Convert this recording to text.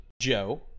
Joe